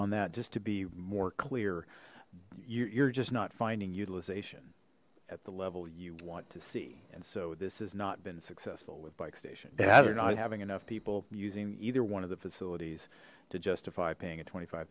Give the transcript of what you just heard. on that just to be more clear you're just not finding utilization at the level you want to see and so this has not been successful with bike stations they're not having enough people using either one of the facilities to justify paying a twenty five